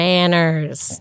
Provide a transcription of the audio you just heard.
Manners